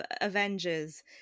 Avengers